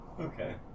Okay